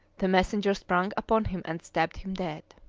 the messenger sprang upon him and stabbed him dead.